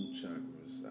chakras